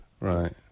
Right